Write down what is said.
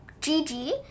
Gigi